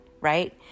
right